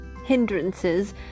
hindrances